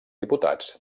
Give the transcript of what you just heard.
diputats